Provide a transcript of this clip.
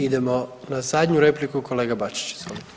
Idemo na zadnju repliku, kolega Bačić izvolite.